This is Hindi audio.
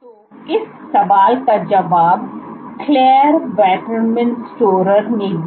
तो इस सवाल का जवाब क्लेयर वाटरमैन स्टोरर ने दिया